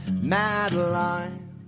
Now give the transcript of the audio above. Madeline